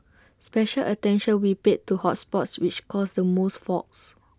special attention will be paid to hot spots which cause the most faults